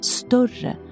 större